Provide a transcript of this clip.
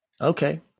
Okay